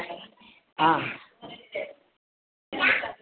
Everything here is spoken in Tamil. ஆ